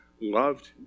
loved